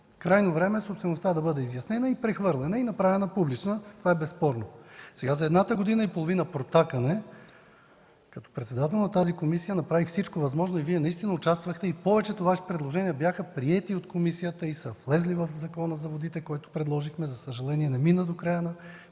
Крайно време е собствеността да бъде изяснена, прехвърлена и направена публична. Това е безспорно. За година и половина като председател на тази комисия направих всичко възможно. Вие наистина участвахте. Повечето от Вашите предложения бяха приети от комисията и са влезли в Закона за водите, който предложихме. За съжаление не мина до края на